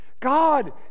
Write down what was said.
god